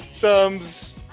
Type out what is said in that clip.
thumbs